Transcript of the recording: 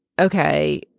Okay